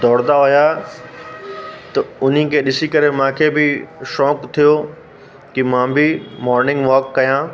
दौड़ंदा हुया त उन्हीअ खे ॾिसी करे मूंखे बि शौक़ु थियो कि मां बि मॉर्निंग वॉक कयां